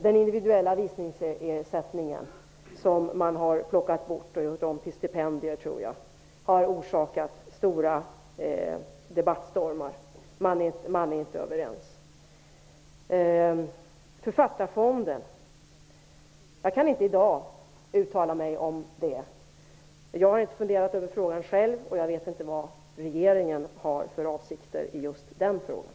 Den individuella visningsersättningen, som man har plockat bort och, tror jag, gjort om till stipendier har orsakat stora debattstormar. Man är alltså inte överens. Jag kan inte i dag uttala mig om Författarfonden. Jag har själv inte funderat över frågan, och jag vet inte vad regeringen har för avsikter i just det ärendet.